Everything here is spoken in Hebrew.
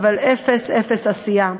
אבל אפס-אפס עשייה.